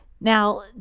Now